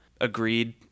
agreed